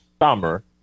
summer